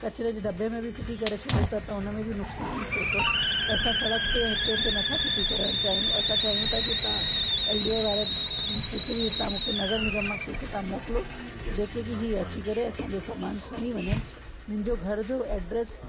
किचरे जे दॿे में बि फिटी करे छॾूं ता त हुन में बि नुक़सान थिए थो त असां सड़क ते हिते हुते न था फिटी करणु चाहियूं असां चाहियूं था की तव्हां एल डी ए वारा कंहिंखे बि हितां मूंखे नगर निगम मां कंहिंखे तव्हां मोकिलो जेके की इहे अची करे असांजो सामान खणी वञनि मुंहिंजो घर जो एड्रेस